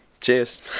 cheers